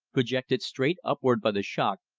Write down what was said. projected straight upward by the shock,